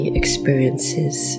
experiences